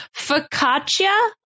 focaccia